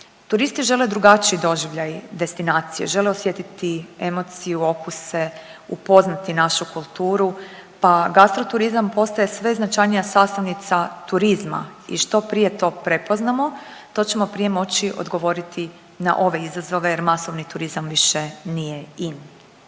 Turisti žele drugačiji doživljaj destinacije, žele osjetiti emociju, okuse, upoznati našu kulturu pa gastroturizam postaje sve značajnija sastavnica turizma i što prije to prepoznamo to ćemo prije moći odgovoriti na ove izazove jer masovni turizam više nije in.